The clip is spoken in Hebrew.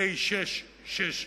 פ/660,